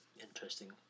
interesting